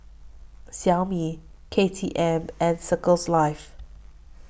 Xiaomi K T M and Circles Life